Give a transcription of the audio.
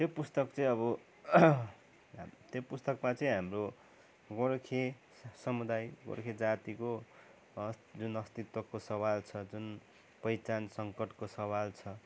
त्यो पुस्तक चाहिँ अब त्यो पुस्तकमा चाहिँ हाम्रो गोर्खे समुदाय गोर्खे जातिको जुन अस्तित्वको सवाल छ जुन पहिचान सङ्कटको सवाल छ